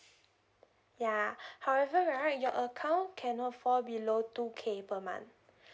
yeah however right your account cannot fall below two K per month